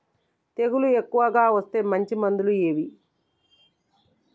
తెగులు ఎక్కువగా వస్తే మంచి మందులు ఏవి?